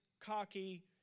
cocky